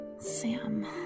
Sam